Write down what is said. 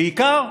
בעיקר,